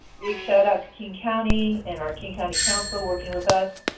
big shout out to king county and our king county council working with us.